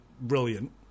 brilliant